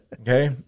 okay